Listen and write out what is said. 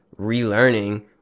relearning